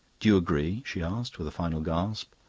do you agree? she asked, with a final gasp.